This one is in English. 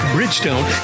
Bridgestone